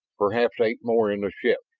perhaps eight more in the ship.